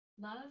love